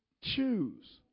choose